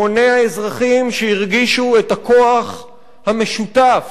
המוני האזרחים שהרגישו את הכוח המשותף